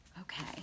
Okay